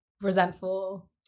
resentful